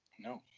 No